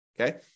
Okay